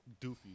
doofy